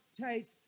take